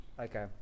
Okay